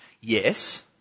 yes